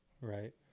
Right